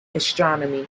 astronomy